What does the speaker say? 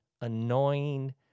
annoying